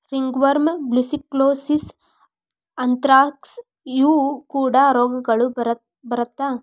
ringworm, brucellosis, anthrax ಇವು ಕೂಡಾ ರೋಗಗಳು ಬರತಾ